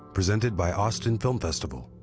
presented by austin film festival.